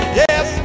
yes